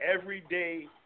Everyday